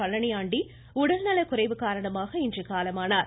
பழனியாண்டி உடல்நலக்குறைவு காரணமாக இன்று காலமானார்